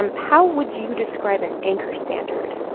um how would you describe an anchor standard?